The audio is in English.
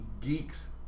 geeks